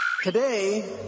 Today